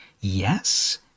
yes